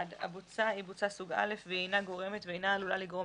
הבוצה היא בוצה סוג א' והיא אינה גורמת ואינה עלולה לגרום